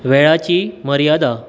वेळाची मर्यादा